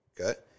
Okay